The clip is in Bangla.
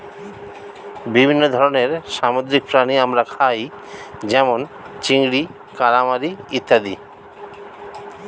বিভিন্ন ধরনের সামুদ্রিক প্রাণী আমরা খাই যেমন চিংড়ি, কালামারী ইত্যাদি